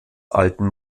alten